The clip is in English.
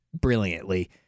brilliantly